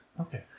Okay